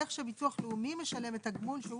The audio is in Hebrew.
איך שביטוח לאומי משלם את הגמול שהוא